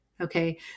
Okay